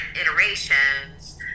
iterations